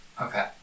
Okay